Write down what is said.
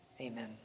Amen